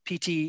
PT